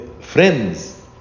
friends